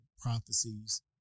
prophecies